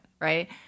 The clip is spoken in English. right